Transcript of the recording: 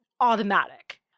automatic